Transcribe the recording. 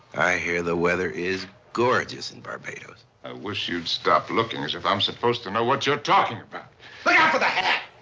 i hear the weather is gorgeous in barbados. i wish you'd stop looking as if i'm supposed to know what you're talking about! look out for the hat!